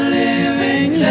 living